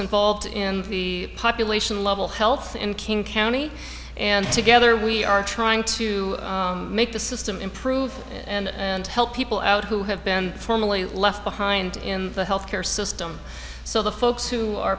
involved in the population level health in king county and together we are trying to make the system improve and help people out who have been formally left behind in the health care system so the folks who are